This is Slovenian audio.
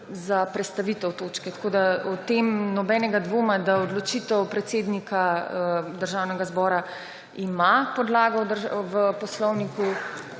za prestavitev točke. Tako da o tem ni nobenega dvoma, da odločitev predsednika Državnega zbora ima podlago v Poslovniku